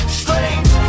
strange